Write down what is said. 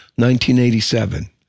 1987